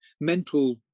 mental